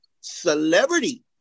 celebrity